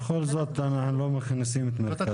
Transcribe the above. בכל זאת, אנחנו לא מכניסים את מרכז הארץ.